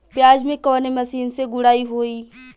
प्याज में कवने मशीन से गुड़ाई होई?